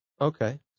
Okay